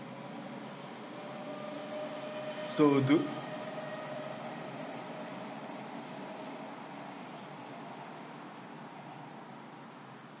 so do